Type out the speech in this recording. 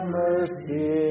mercy